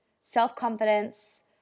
self-confidence